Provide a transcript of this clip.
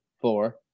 four